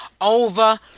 over